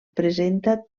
presenta